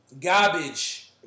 Garbage